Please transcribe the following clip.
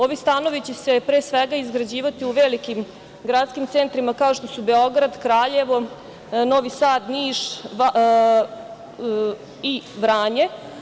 Ovi stanovi će se, pre svega, graditi u velikim gradskim centrima kao što su Beograd, Kraljevo, Novi Sad, Niš i Vranje.